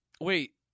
Wait